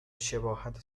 شباهت